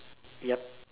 yup